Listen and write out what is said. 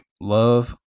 love